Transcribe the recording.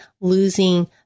losing